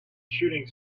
shooting